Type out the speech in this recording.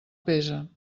pesa